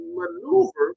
maneuver